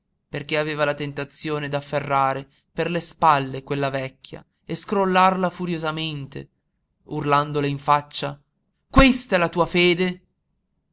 perché aveva la tentazione d'afferrare per le spalle quella vecchia e scrollarla furiosamente urlandole in faccia questa è la tua fede